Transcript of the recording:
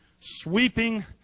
sweeping